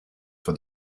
for